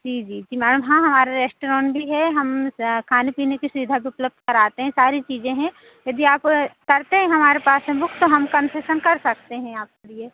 जी जी जी मैम हाँ हमारा रेस्ट्रॉन भी है हम खाने पीने की सुविधा भी उपलब्ध कराते हें सारी चीज़ें हैं यदि आप करते हैं हमारे पास में बुक तो हम कन्सेसन कर सकते हैं आपके लिए